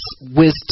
wisdom